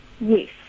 Yes